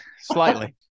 slightly